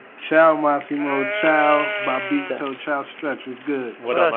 ciao, massimo. ciao, bobbito. ciao, stretch. what's good? what up,